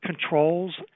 controls